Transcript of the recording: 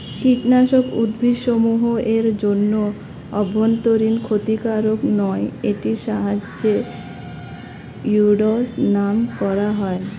কীটনাশক উদ্ভিদসমূহ এর জন্য অভ্যন্তরীন ক্ষতিকারক নয় এটির সাহায্যে উইড্স নাস করা হয়